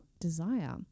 desire